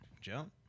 jump